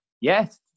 yes